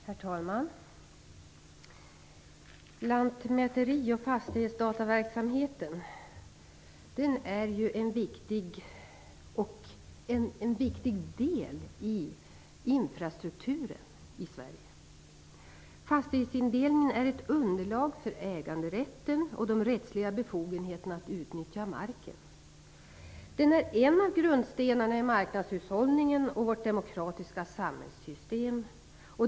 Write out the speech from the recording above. Herr talman! Lantmäteri och fastighetsdataverksamheten är en viktig del i infrastrukturen i Sverige. Fastighetsindelning utgör ett underlag för äganderätten och de rättsliga befogenheterna att utnyttja marken. Den är en av grundstenarna i marknadshushållningen och vårt demokratiska samhällssystem.